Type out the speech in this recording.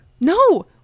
No